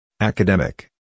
academic